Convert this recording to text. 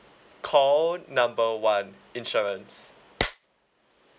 call number one insurance